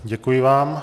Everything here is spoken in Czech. Děkuji vám.